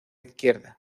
izquierda